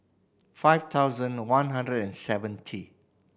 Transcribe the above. five thousand one hundred and seventy